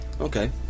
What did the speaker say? Okay